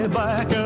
back